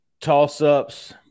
toss-ups